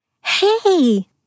Hey